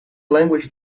language